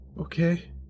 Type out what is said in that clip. Okay